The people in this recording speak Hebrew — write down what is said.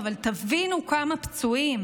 אבל תבינו כמה פצועים.